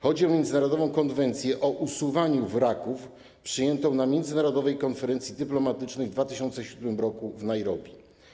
Chodzi o Międzynarodową konwencję o usuwaniu wraków, przyjętą na międzynarodowej konferencji dyplomatycznej w 2007 r. w Nairobi.